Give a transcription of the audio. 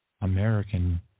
American